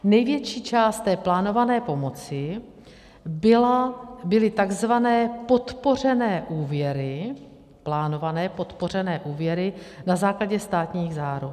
Největší část té plánované pomoci byly takzvané podpořené úvěry, plánované podpořené úvěry na základě státních záruk.